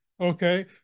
okay